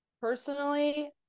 personally